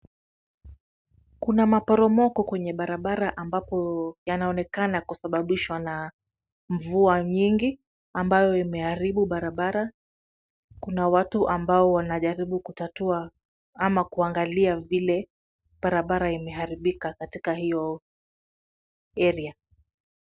Kuna maporomoko kwenye barabara ambapo yanaonekana kusababishwa na mvua nyingi ambayo imeharibu barabara. Kuna watu ambao wanajaribu kutatua ama kuangalia vile barabara imeharibika katika hiyo area .